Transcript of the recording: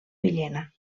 villena